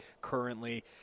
currently